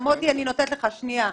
ומהאופוזיציה.